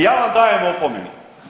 Ja vam dajem opomenu.